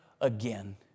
again